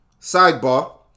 Sidebar